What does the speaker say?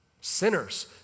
sinners